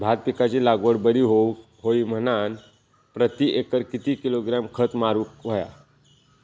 भात पिकाची लागवड बरी होऊक होई म्हणान प्रति एकर किती किलोग्रॅम खत मारुक होया?